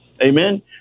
amen